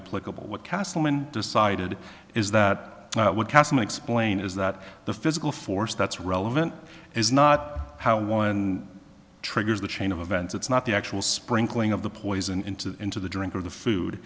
political what castleman decided is that what kassim explain is that the physical force that's relevant is not how one triggers the chain of events it's not the actual sprinkling of the poison into the into the drink or the food